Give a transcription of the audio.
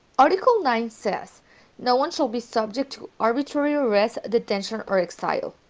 article nine says no one shall be subjected to arbitrary arrest, detention or exile